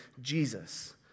Jesus